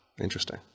Interesting